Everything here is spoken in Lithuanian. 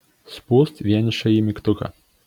spust vienišąjį mygtuką